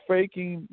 Faking